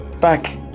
Back